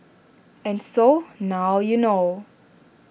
and so now you know